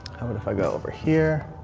i would if i go over here